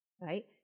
right